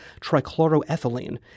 trichloroethylene